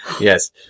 Yes